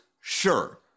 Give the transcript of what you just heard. Sure